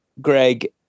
Greg